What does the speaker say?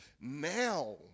Now